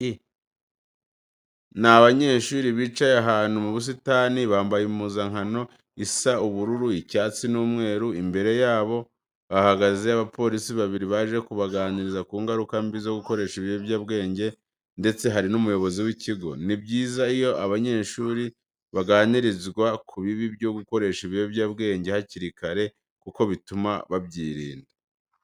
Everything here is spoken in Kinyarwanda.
Ni abanyeshuri bicaye ahantu mu busitani, bambaye impuzankano isa ubururu, icyatsi n'umweru. Imbere yabo hahagaze abapolisi babiri baje kubaganiriza ku ngaruka mbi zo gukoresha ibiyobyabwenge ndetse hari n'umuyobozi w'ikigo. Ni byiza iyo abanyeshuri baganirizwa ku bibi byo gukoresha ibiyobyabwenge hakiri kare kuko bituma babyirinda.